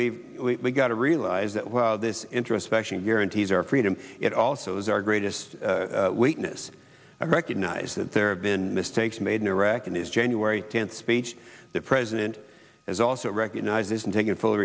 that we've got to realize that this introspection guarantees our freedom it also is our greatest weakness i recognize that there have been mistakes made in iraq in this january tenth speech the president has also recognizes and taking full